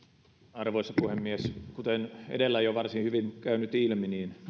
arvoisa puhemies kuten edellä jo varsin hyvin on käynyt ilmi myös